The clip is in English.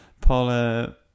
Paula